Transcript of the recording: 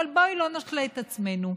אבל בואו לא נשלה את עצמנו,